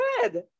good